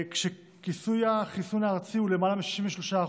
וכיסוי החיסון הארצי הוא למעלה מ-63%,